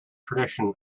tradition